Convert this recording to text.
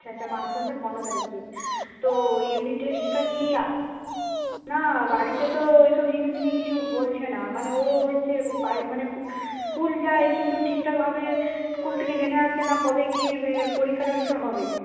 আচ্ছা আচ্ছা মার্চ মাসের পনেরো তারিখে তো ইউনিট টেস্টটা কি না বাড়িতে তো এই সব জিনিস নিয়ে কিছু বলছে না মানে ও হচ্ছে মানে স্কুল যায় কিন্তু ঠিকঠাকভাবে স্কুল থেকে জেনে আসে না কবে কি পরীক্ষা টরীক্ষা হবে